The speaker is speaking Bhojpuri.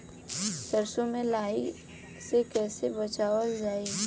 सरसो में लाही से कईसे बचावल जाई?